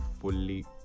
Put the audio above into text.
fully